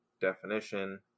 definition